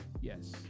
Yes